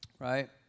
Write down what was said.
right